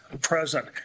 present